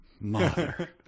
Mother